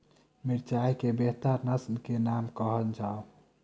मिर्चाई केँ बेहतर नस्ल केँ नाम कहल जाउ?